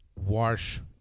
wash